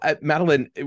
Madeline